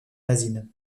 asile